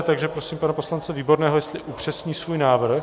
Takže prosím pana poslance Výborného, jestli upřesní svůj návrh.